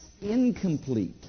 incomplete